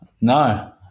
no